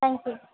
thank you